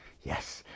Yes